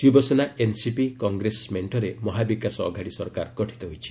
Shiv Sena NCP Congress ମେଣ୍ଟରେ ମହାବିକାଶ ଅଘାଡ଼ି ସରକାର ଗଠିତ ହୋଇଛି